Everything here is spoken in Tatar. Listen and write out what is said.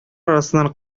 арасыннан